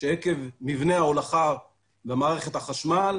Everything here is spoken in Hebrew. המגבלה של ה-75% לא הגיעה ל-75% ביום אחד,